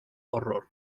horror